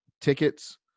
tickets